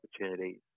opportunities